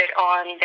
on